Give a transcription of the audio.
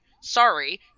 Sorry